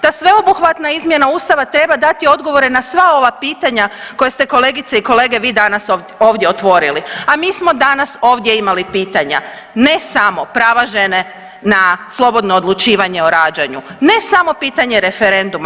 Ta sveobuhvatna izmjena Ustava treba dati odgovore na sva ova pitanja koja ste kolegice i kolege vi danas ovdje otvorili, a mi smo danas ovdje imali pitanja ne samo prava žene na slobodno odlučivanje o rađanju, ne samo pitanje referenduma.